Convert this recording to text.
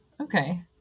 okay